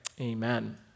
amen